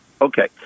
Okay